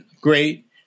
great